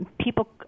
people